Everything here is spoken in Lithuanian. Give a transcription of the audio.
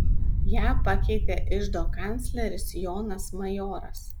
ją pakeitė iždo kancleris jonas majoras